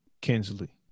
Kinsley